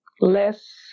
less